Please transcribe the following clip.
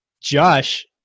Josh